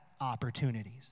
opportunities